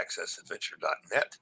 accessadventure.net